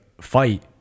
fight